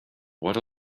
what